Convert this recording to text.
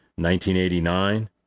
1989